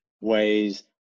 ways